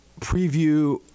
preview